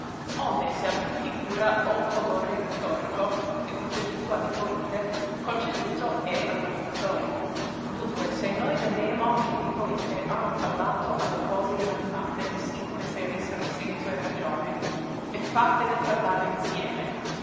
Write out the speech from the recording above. onde se alcuna figura o colore rettorico è conceduto a li rima ori unque se noi vedemo che li poete hanno parlato a le cose inanimate sì come se avessero senso e ragione e fàttele parlare insieme